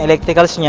electricals and yeah